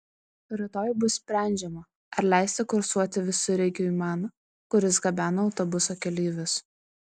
rytoj bus sprendžiama ar leisti kursuoti visureigiui man kuris gabena autobusų keleivius